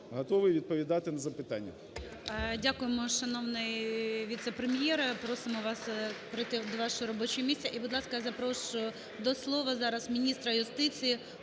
Дякуємо, шановний віце-прем'єре, просимо вас пройти до вашого робочого місця.